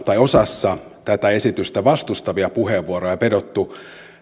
osassa tätä esitystä vastustavia puheenvuoroja